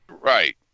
right